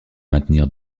maintenir